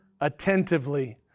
attentively